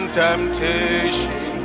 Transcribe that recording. temptation